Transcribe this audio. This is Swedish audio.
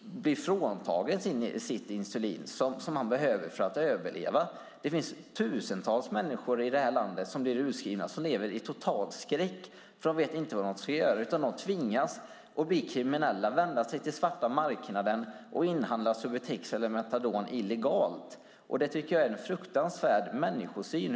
blir fråntagen sitt insulin, som han behöver för att överleva. Det finns tusentals människor i det här landet som blir utskrivna, som lever i total skräck. För de vet inte vad de ska göra. De tvingas att bli kriminella och vända sig till svarta marknaden och inhandla Subutex eller Metadon illegalt. Det tycker jag är en fruktansvärd människosyn.